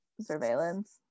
surveillance